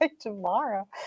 tomorrow